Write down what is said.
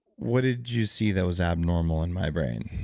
what did you see that was abnormal in my brain?